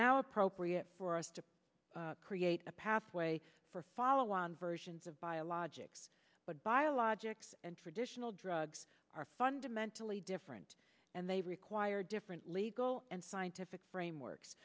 now appropriate for us to create a pathway for follow on versions of biologics but biologics and traditional drugs are fundamentally different and they require different legal and scientific frameworks